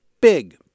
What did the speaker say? big